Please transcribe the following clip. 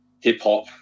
hip-hop